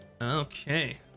Okay